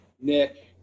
Nick